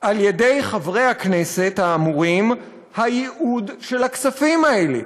על-ידי חברי הכנסת האמורים הייעוד של הכספים האלה.